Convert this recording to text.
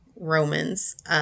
Romans